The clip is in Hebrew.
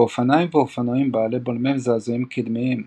באופניים ואופנועים בעלי בולמי זעזועים קדמיים,